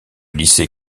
lycée